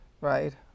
Right